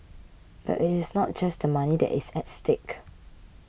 but it is not just the money that is at stake